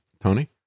Tony